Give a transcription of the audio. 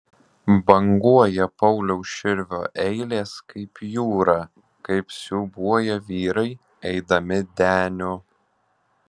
banguoja pauliaus širvio eilės kaip jūra kaip siūbuoja vyrai eidami deniu